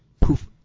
poof